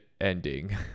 ending